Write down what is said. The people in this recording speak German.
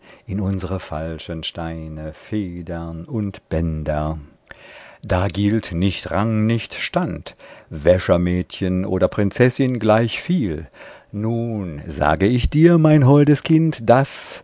in unsre falschen steine federn und bänder da gilt nicht rang nicht stand wäschermädchen oder prinzessin gleichviel nun sage ich dir mein holdes kind daß